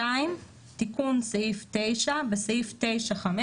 תיקון סעיף 9 2. "בסעיף 9(5),